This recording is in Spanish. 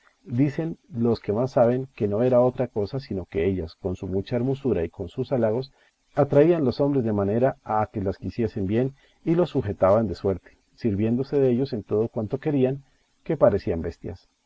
dicen los que más saben que no era otra cosa sino que ellas con su mucha hermosura y con sus halagos atraían los hombres de manera a que las quisiesen bien y los sujetaban de suerte sirviéndose dellos en todo cuanto querían que parecían bestias